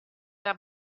era